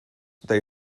they